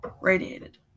radiated